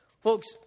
Folks